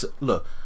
look